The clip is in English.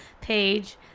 page